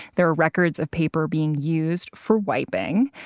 there are records of paper being used for wiping.